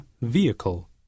vehicle